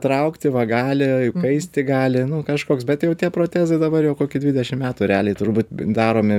traukti va gali įkaisti gali nu kažkoks bet jau tie protezai dabar jau kokį dvidešim metų realiai turbūt daromi